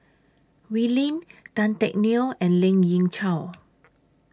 Wee Lin Tan Teck Neo and Lien Ying Chow